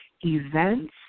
events